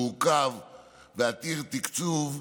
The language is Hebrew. מורכב ועתיר תקצוב,